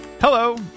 Hello